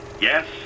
Yes